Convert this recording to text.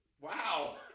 Wow